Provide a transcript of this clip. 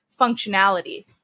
functionality